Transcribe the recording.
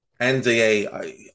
NDA